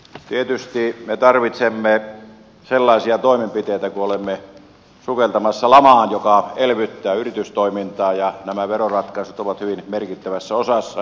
tietysti me tarvitsemme sellaisia toimenpiteitä kun olemme sukeltamassa lamaan jotka elvyttävät yritystoimintaa ja nämä veroratkaisut ovat hyvin merkittävässä osassa